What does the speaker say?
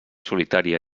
solitària